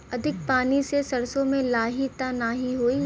अधिक पानी से सरसो मे लाही त नाही होई?